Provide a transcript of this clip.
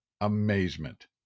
amazement